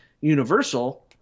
Universal